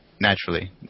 naturally